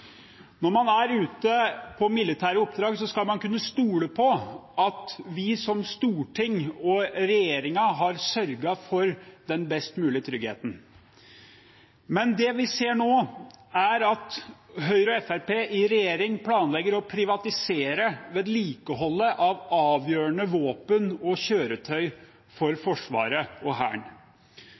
Når man er ute på militære oppdrag, skal man kunne stole på at vi som storting og regjeringen har sørget for den best mulige tryggheten. Men det vi ser nå, er at Høyre og Fremskrittspartiet i regjering planlegger å privatisere vedlikeholdet av avgjørende våpen og kjøretøy for Forsvaret, for Hæren.